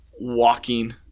walking